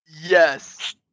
yes